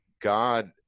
God